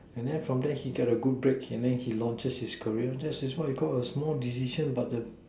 and then from there he got a good break and then he launches his career that is what you called a small decision but a